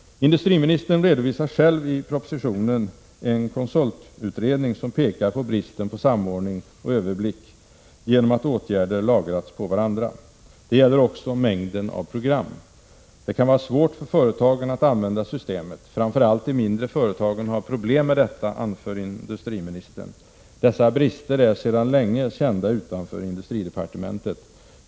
Industriministern redovisar själv i propositionen en konsultutredning som pekar på bristen på samordning och överblick genom att åtgärder lagrats på varandra. Det gäller också mängden av program. Det kan vara svårt för företagen att använda systemet. Framför allt de mindre företagen har problem med detta, anför industriministern. Dessa brister är sedan länge kända utanför industridepartementet.